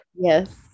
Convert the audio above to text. yes